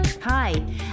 Hi